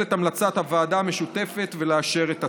את המלצת הוועדה המשותפת ולאשר את הצו.